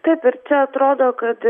taip ir čia atrodo kad